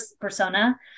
persona